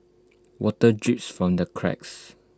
water drips from the cracks